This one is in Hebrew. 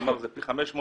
כלומר זה פי 500,